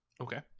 Okay